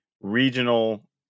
regional